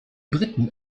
briten